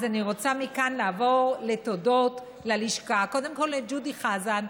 אז אני רוצה מכאן לעבור לתודות ללשכה: קודם כול לג'ודי חזן,